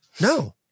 no